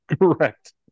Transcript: correct